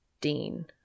Dean